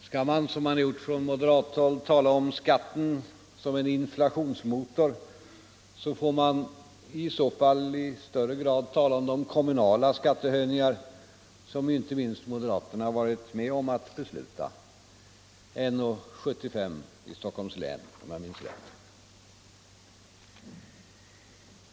Skall man, som det har gjorts från moderat håll, tala om skatten som en inflationsmotor, får man i så fall i ännu högre grad tala om de kommunala skattehöjningar som inte minst moderaterna varit med om att besluta — 1:75 i Stockholms län, om jag minns rätt.